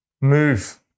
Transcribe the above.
move